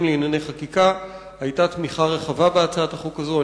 לענייני חקיקה היתה תמיכה רחבה בהצעת החוק הזאת.